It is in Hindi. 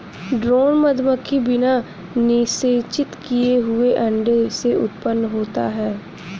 ड्रोन मधुमक्खी बिना निषेचित किए हुए अंडे से उत्पन्न होता है